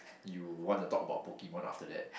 you want to talk about Pokemon after that